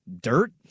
Dirt